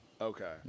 Okay